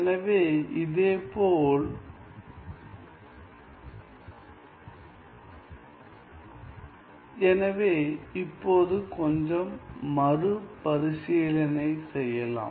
எனவே இதேபோல் எனவே இப்போது கொஞ்சம் மறுபரிசீலனை செய்யலாம்